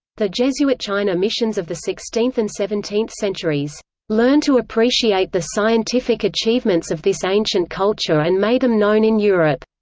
the jesuit china missions of the sixteenth and seventeenth centuries learned to appreciate the scientific achievements of this ancient culture and made them known in europe.